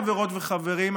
חברות וחברים,